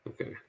Okay